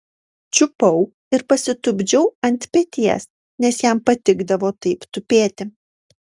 čiupau ir pasitupdžiau ant peties nes jam patikdavo taip tupėti